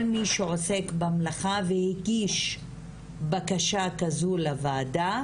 מי שעוסק במלאכה והגיש בקשה כזו לוועדה,